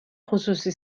خصوصی